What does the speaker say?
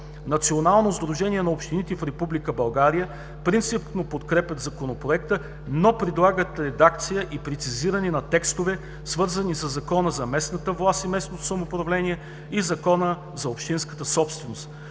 Националното сдружение на общините в Република България принципно подкрепя Законопроекта, но предлага редакция и прецизиране на текстове, свързани със Закона за местната власт и местното самоуправление и Закона за общинската собственост.